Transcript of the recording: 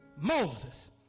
Moses